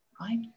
right